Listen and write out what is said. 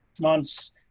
months